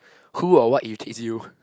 who or what irritates you